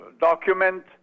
document